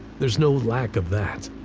there's no lack of that,